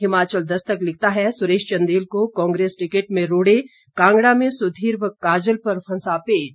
हिमाचल दस्तक लिखता है सुरेश चंदेल को कांग्रेस टिकट में रोड़े कांगड़ा में सुधीर व काजल पर फंसा पेंच